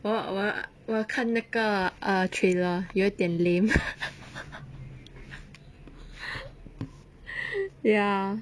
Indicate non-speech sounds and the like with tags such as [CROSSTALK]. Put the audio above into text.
!wah! !wah! 我有看那个 err trailer 有点 lame [LAUGHS] ya